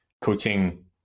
coaching